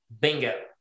Bingo